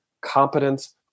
competence